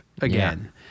again